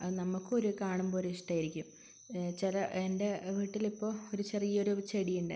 അത് നമുക്കും ഒരു കാണുമ്പോഴൊരു ഇഷ്ടമായിരിക്കും എൻ്റെ വീട്ടിലിപ്പോള് ഒരു ചെറിയൊരു ചെടിയുണ്ട്